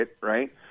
right